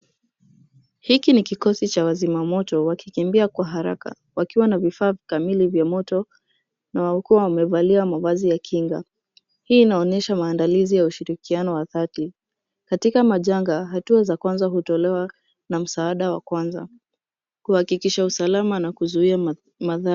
Hiki ni kikosi cha wazima moto wakikimbia kwa haraka wakiwa na vifaa kamili vya moto na huku wamevalia mavazi ya kinga. Hii inaonyesha maandalizi ya ushirikiano wa dhati. Katika majanga, hatua za kwanza hutolewa na msaada wa kwanza kuhakikisha usalama na kuzuia